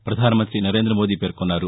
ప్రపధాన మంగ్రతి నరేంద్ర మోదీ పేర్కొన్నారు